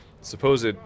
supposed